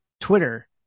Twitter